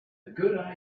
good